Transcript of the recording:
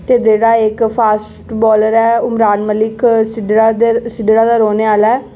ते जेह्ड़ा इक फास्ट बॉलर ऐ उमरान मलिक सिद्धड़ा सिद्धड़ा दा रौह्ने आह्ला ऐ